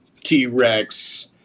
T-Rex